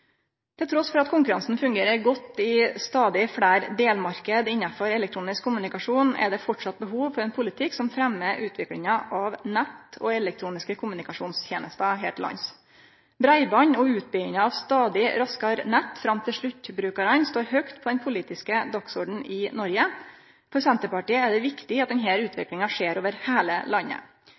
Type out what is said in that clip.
at konkurransen fungerer godt i stadig fleire delmarknader innafor elektronisk kommunikasjon, er det framleis behov for ein politikk som fremmar utviklinga av nett og elektroniske kommunikasjonstenester her til lands. Breiband og utbygging av stadig raskare nett fram til sluttbrukarane står høgt på den politiske dagsordenen i Noreg. For Senterpartiet er det viktig at denne utviklinga skjer over heile landet.